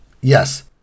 Yes